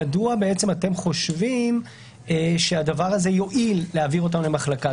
מדוע אתם חושבים שהדבר הזה יועיל להעביר אותם למחלקה?